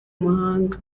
mahanga